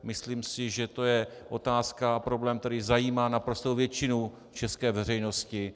Myslím si, že to je otázka a problém, který zajímá naprostou většinu české veřejnosti.